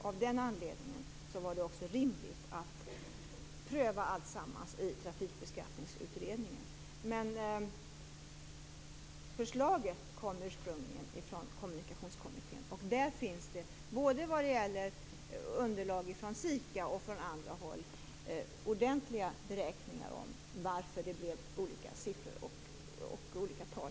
Av den anledningen var det också rimligt att pröva alltsammans i Trafikbeskattningsutredningen. Men förslaget kom alltså ursprungligen från Kommunikationskommittén, och där finns det i underlag från SIKA och från andra håll ordentliga beräkningar av varför man hamnade på olika tal.